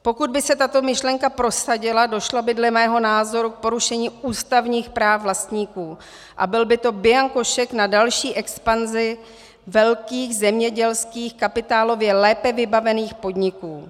Pokud by se tato myšlenka prosadila, došlo by dle mého názoru k porušení ústavních práv vlastníků a byl by to bianko šek na další expanzi velkých zemědělských kapitálově lépe vybavených podniků.